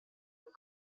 and